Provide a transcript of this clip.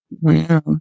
Wow